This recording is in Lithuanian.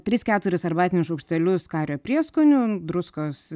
tris keturis arbatinius šauktelius kario prieskonių druskos